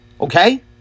Okay